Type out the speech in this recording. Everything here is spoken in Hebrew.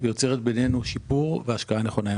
יוצרת בינינו שיפור והשקעה נכונה יותר.